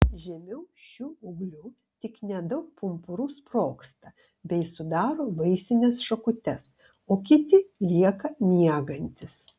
žemiau šių ūglių tik nedaug pumpurų sprogsta bei sudaro vaisines šakutes o kiti lieka miegantys